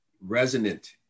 resonant